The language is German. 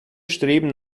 streben